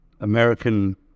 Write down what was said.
American